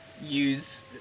use